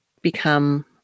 become